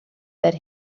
that